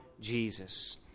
Jesus